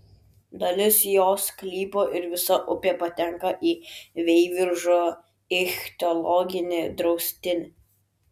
dalis jo sklypo ir visa upė patenka į veiviržo ichtiologinį draustinį